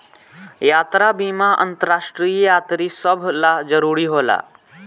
यात्रा बीमा अंतरराष्ट्रीय यात्री सभ ला जरुरी होला